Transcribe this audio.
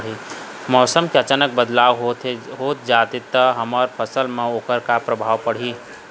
मौसम के अचानक बदलाव होथे जाथे ता हमर फसल मा ओकर परभाव का पढ़ी?